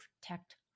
protect